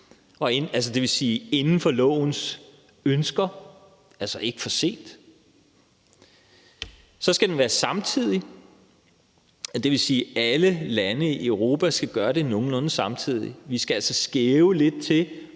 rettidig, dvs. inden for lovens ønsker, altså ikke for sent. Så skal den være samtidig. Det vil sige, at alle lande i Europa skal gøre det nogenlunde samtidig. Vi skal altså skæve lidt til,